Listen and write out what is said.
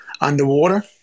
underwater